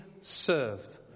served